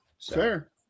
Fair